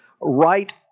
right